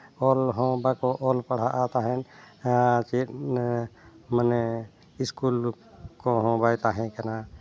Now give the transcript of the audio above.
ᱚᱞ ᱦᱚᱸ ᱵᱟᱠᱚ ᱚᱞ ᱯᱟᱲᱦᱟᱜᱼᱟ ᱛᱟᱦᱮᱱ ᱟᱨ ᱪᱮᱫ ᱢᱟᱱᱮ ᱤᱥᱠᱩᱞ ᱠᱚᱦᱚᱸ ᱵᱟᱭ ᱛᱟᱦᱮᱸ ᱠᱟᱱᱟ